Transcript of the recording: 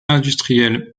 industrielles